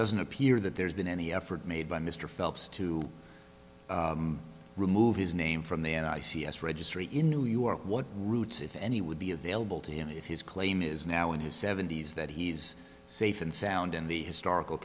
doesn't appear that there's been any effort made by mr phelps to remove his name from the n i c s registry in new york what routes if any would be available to him if his claim is now in his seventy's that he's safe and sound in the historical